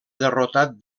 derrotat